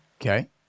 Okay